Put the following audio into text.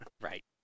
right